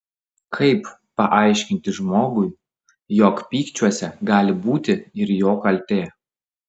kaip paaiškinti žmogui jog pykčiuose gali būti ir jo kaltė